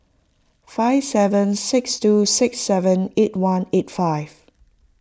five seven six two six seven eight one eight five